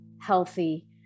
healthy